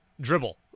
dribble